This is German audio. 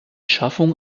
schaffung